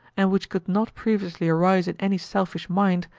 and which could not previously arise in any selfish mind,